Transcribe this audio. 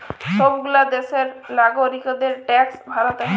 সব গুলা দ্যাশের লাগরিকদের ট্যাক্স ভরতে হ্যয়